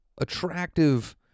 attractive